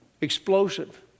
explosive